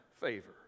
favor